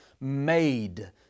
made